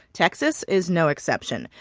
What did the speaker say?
texas is no exception,